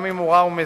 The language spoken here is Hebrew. גם אם הוא רע ומזיק.